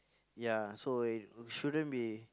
ya so it shouldn't be